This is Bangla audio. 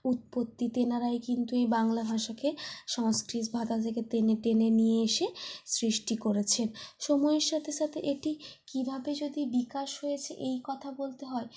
উৎপত্তি তেনারাই কিন্তু এই বাংলা ভাষাকে সংস্কৃত ভাষা থেকে টেনে টেনে নিয়ে এসে সৃষ্টি করেছেন সময়ের সাথে সাথে এটি কীভাবে যদি বিকাশ হয়েছে এই কথা বলতে হয়